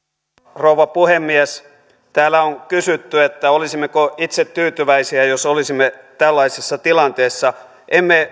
rouva puhemies täällä on kysytty olisimmeko itse tyytyväisiä jos olisimme tällaisessa tilanteessa emme